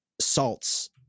salts